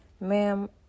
Ma'am